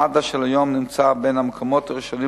מגן-דוד-אדום של היום נמצא בין המקומות הראשונים